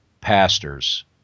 pastors